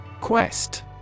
Quest